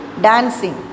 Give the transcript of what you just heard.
Dancing